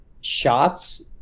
shots